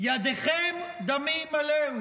ידיכם דמים מלאו.